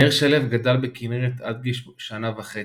ענר שלו גדל בכנרת עד גיל שנה וחצי,